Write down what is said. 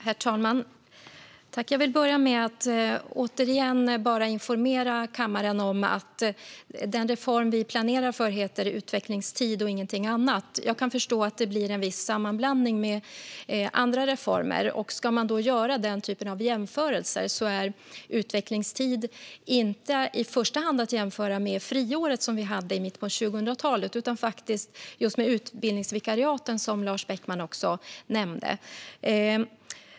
Herr talman! Jag vill börja med att återigen informera kammaren om att den reform vi planerar för heter utvecklingstid och ingenting annat. Jag kan förstå att det blir en viss sammanblandning med andra reformer, och ska man då göra den typen av jämförelser är utvecklingstid inte i första hand att jämföra med friåret som vi hade i mitten av 00-talet utan just med de utbildningsvikariat som Lars Beckman också nämnde.